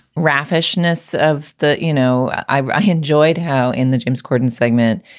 raffish earnest's of the you know, i enjoyed how in the james corden segment,